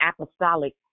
Apostolic